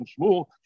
Shmuel